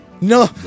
No